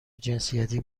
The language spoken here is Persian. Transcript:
جنسیتی